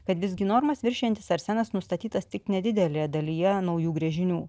kad visgi normas viršijantis arsenas nustatytas tik nedidelėje dalyje naujų gręžinių